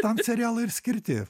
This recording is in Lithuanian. tam serialai ir skirti